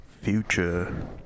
Future